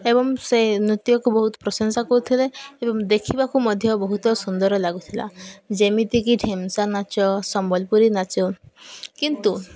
ଏବଂ ସେ ନୃତ୍ୟକୁ ବହୁତ ପ୍ରଶଂସା କରୁଥିଲେ ଏବଂ ଦେଖିବାକୁ ମଧ୍ୟ ବହୁତ ସୁନ୍ଦର ଲାଗୁଥିଲା ଯେମିତିକି ଢ଼େମ୍ସା ନାଚ ସମ୍ବଲପୁରୀ ନାଚ କିନ୍ତୁ